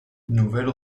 nouvelle